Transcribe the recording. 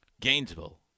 Gainesville